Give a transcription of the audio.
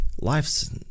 life's